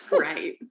Right